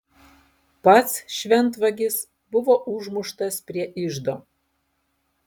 pats šventvagis buvo užmuštas prie iždo